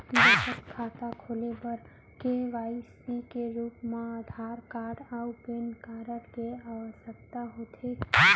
बचत खाता खोले बर के.वाइ.सी के रूप मा आधार कार्ड अऊ पैन कार्ड के आवसकता होथे